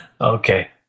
Okay